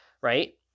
right